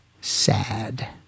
SAD